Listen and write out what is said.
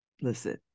Listen